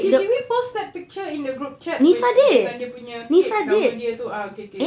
did did we post that picture in the group chat with dengan dia punya cake nama dia tu ah K K